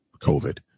COVID